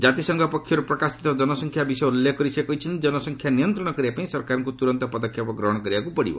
ଜାତିସଂଘ ପକ୍ଷରୁ ପ୍ରକାଶିତ ଜନସଂଖ୍ୟା ବିଷୟ ଉଲ୍ଲେଖ କରି ସେ କହିଛନ୍ତି ଜନସଂଖ୍ୟା ନିୟନ୍ତ୍ରଣ କରିବା ପାଇଁ ସରକାରଙ୍କୁ ତୁରନ୍ତ ପଦକ୍ଷେପ ଗ୍ରହଣ କରିବାକୁ ପଡ଼ିବ